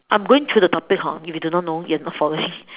I'm going through the topic hor if you do not know you are not following